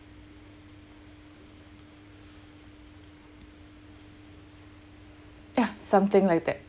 ya something like that